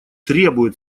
требует